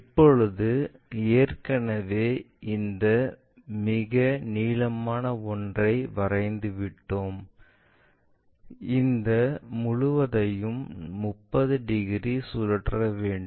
இப்போது ஏற்கனவே இந்த மிக நீளமான ஒன்றை வரைந்து விட்டோம் இந்த முழுவதையும் 30 டிகிரி சுழற்ற வேண்டும்